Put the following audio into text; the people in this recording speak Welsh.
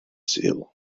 sul